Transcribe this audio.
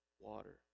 water